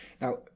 Now